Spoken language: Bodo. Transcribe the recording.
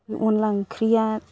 अनद्ला ओंख्रिया